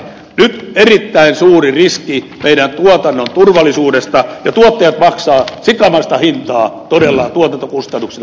nyt on erittäin suuri riski meidän tuotannon turvallisuudesta ja tuottajat maksavat todella sikamaista hintaa tuotantokustannuksina